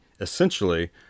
essentially